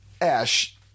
Ash